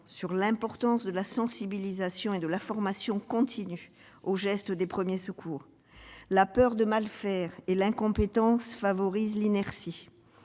sur l'importance de la sensibilisation et de la formation continue aux gestes de premiers secours. La peur de mal faire et l'incompétence favorisent l'inertie.